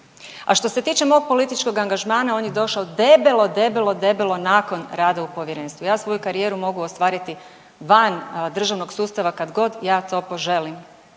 A što se tiče mog političkog angažmana on je došao debelo, debelo, debelo nakon rada u Povjerenstvu. Ja svoju karijeru mogu ostvariti van državnog sustava kada god ja to poželim.